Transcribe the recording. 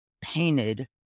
painted